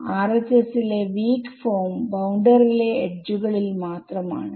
RHS ലെ weak form boundary യിലെ എഡ്ജുകളിൽ മാത്രം ആണ്